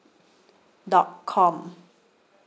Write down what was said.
dot com